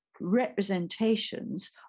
representations